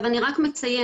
אני רק מציינת,